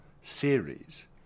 series